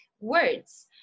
words